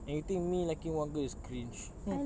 and you think me liking one girl is cringe !huh!